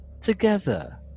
together